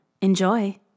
Enjoy